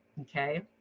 Okay